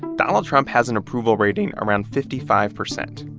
donald trump has an approval rating around fifty five percent.